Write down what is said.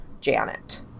Janet